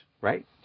right